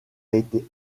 été